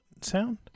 sound